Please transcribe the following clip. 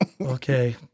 Okay